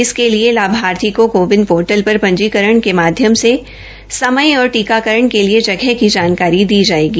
इसके लिए लाभार्थी को को विन पोर्टल पर पंजीकरण के माध्यम से समय और टीकाकरण के लिए जगह की जानकारी दी जायेगी